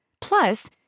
Plus